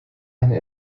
eine